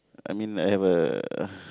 I mean I have a